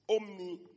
Omni-